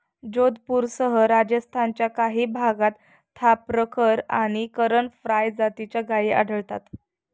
जोधपूरसह राजस्थानच्या काही भागात थापरकर आणि करण फ्राय जातीच्या गायी आढळतात